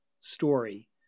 story